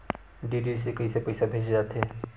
DD से कइसे पईसा भेजे जाथे?